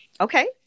okay